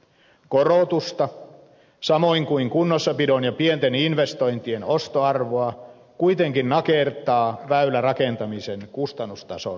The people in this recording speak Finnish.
korotusta samoin kuin kunnossapidon ja pienten investointien ostoarvoa kuitenkin nakertaa väylärakentamisen kustannustason nopea nousu